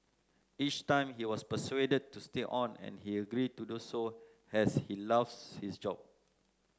each time he was persuaded to stay on and he agreed to do so as he loves his job